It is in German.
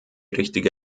richtige